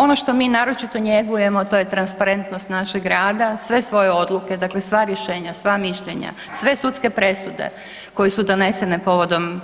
Ono što mi naročito njegujemo, to je transparentnost našeg rada, sve svoje odluke, dakle sva rješenja, sva mišljenja, sve sudske presude koje su donesene povodom